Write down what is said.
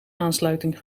aansluiting